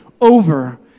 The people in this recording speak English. over